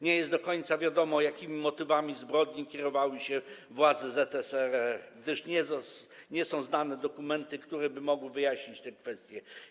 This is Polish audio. Nie jest do końca wiadomo, jakimi motywami zbrodni kierowały się władze ZSRR, gdyż nie są znane dokumenty, które by mogły wyjaśnić te kwestie.